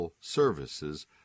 Services